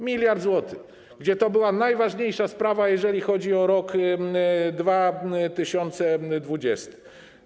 Miliard złotych, podczas gdy to była najważniejsza sprawa, jeżeli chodzi o rok 2020.